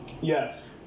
Yes